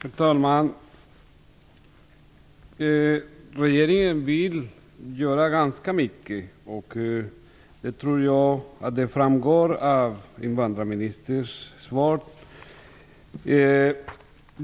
Herr talman! Regeringen vill göra ganska mycket. Det tycker jag framgår av invandrarministerns svar.